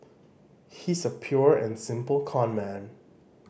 he's a pure and simple conman